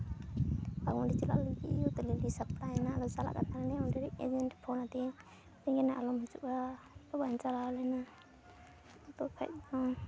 ᱵᱟᱜᱽᱢᱩᱱᱰᱤ ᱪᱟᱞᱟᱜ ᱞᱟᱹᱜᱤᱫ ᱤᱧ ᱟᱫᱚ ᱧᱮᱞ ᱫᱤᱧ ᱥᱟᱯᱲᱟᱭᱮᱱᱟ ᱚᱱᱟ ᱟᱫᱚ ᱪᱟᱞᱟᱜ ᱠᱟᱛᱷᱟ ᱚᱸᱰᱮᱱᱤᱡ ᱮᱡᱮᱱᱴᱤᱧ ᱯᱷᱳᱱᱟᱫᱮᱭᱟᱤᱧ ᱢᱤᱛᱟᱹᱧ ᱠᱟᱱᱟᱭ ᱟᱞᱚᱢ ᱦᱤᱡᱩᱜᱼᱟ ᱛᱚ ᱵᱟᱹᱧ ᱪᱟᱞᱟᱣ ᱞᱮᱱᱟ ᱟᱫᱚ ᱠᱷᱟᱡ ᱫᱚ